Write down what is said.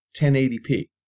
1080p